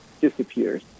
disappears